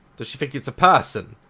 does she think its a person?